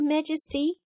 Majesty